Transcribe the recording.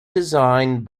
designed